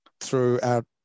throughout